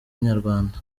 inyarwanda